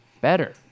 better